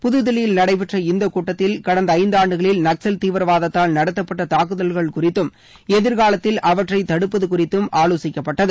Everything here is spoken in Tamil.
புதுதில்லியில் நடைபெற்ற இந்த கூட்டத்தில் கடந்த ஐந்தாண்டுகளில் நக்சல் தீவிரவாதத்தால் நடத்தப்பட்ட தாக்குதல்கள் குறித்தும் எதிர்காலத்தில் அவற்றை தடுப்பது குறித்தும் ஆலோசிக்கப்பட்டது